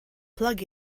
plug